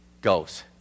goes